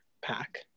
pack